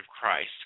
Christ